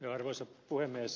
arvoisa puhemies